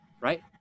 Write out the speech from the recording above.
Right